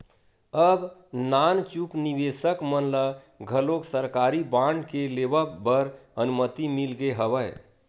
अब नानचुक निवेसक मन ल घलोक सरकारी बांड के लेवब बर अनुमति मिल गे हवय